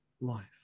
life